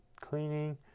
cleaning